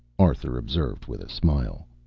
arthur observed with a smile.